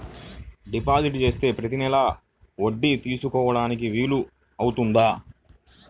Deposit చేస్తే ప్రతి నెల వడ్డీ తీసుకోవడానికి వీలు అవుతుందా?